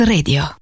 Radio